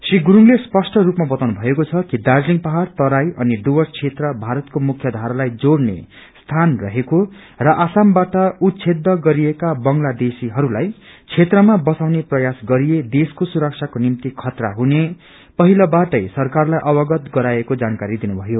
श्री गुरूङले स्पष्ट रूपमा बताउनु भएको छ दार्जीलिङ पहाड़ तराई अनि डुवर्स क्षेत्र भारतको मुख्यधारालाई जोड़ने स्थान रहेको र असमबाट उच्छेद गरिएका बंगला देशीहरूलाई क्षेत्रमा बसाउने प्रयास गरिए देशको सुरक्षाको निम्ति खतरा हुने पहिले बाटै सरकारलाई अवगत गराएको जानकारी दिनु भयो